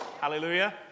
Hallelujah